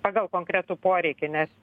pagal konkretų poreikį nes